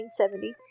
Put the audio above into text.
1970